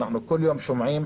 אנחנו כל יום שומעים